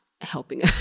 helping